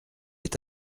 est